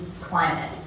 climate